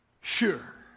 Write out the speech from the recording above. sure